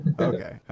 Okay